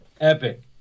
Epic